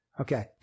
Okay